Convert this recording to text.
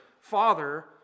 father